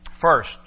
first